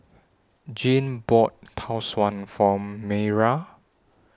Jeanne bought Tau Suan For Mayra